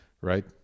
right